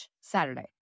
Saturday